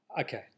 Okay